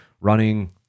running